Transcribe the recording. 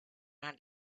not